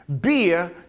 beer